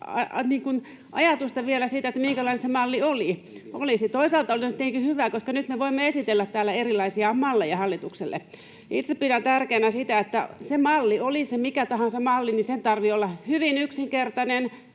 ajatusta vielä siitä, minkälainen se malli olisi. Toisaalta se on tietenkin hyvä, koska nyt me voimme esitellä täällä erilaisia malleja hallitukselle. Itse pidän tärkeänä sitä, että sen mallin, oli se mikä tahansa, tarvitsee olla hyvin yksinkertainen,